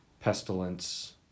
pestilence